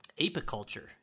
apiculture